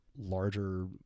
larger